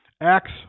acts